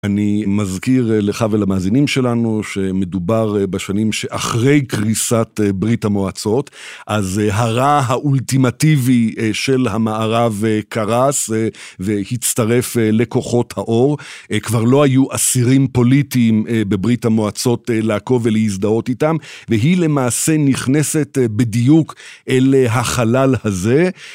אני מזכיר לך ולמאזינים שלנו, שמדובר בשנים שאחרי קריסת ברית המועצות, אז הרע האולטימטיבי של המערב קרס והצטרף לכוחות האור. כבר לא היו אסירים פוליטיים בברית המועצות לעקוב ולהזדהות איתם, והיא למעשה נכנסת בדיוק אל החלל הזה.